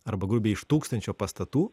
arba grubiai iš tūkstančio pastatų